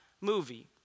movie